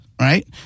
right